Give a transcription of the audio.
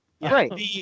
Right